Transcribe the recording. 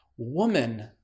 Woman